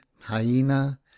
hyena